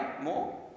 more